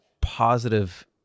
positive